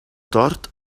tort